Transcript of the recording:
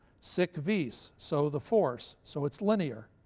sic vis so the force. so it's linear,